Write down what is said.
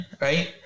right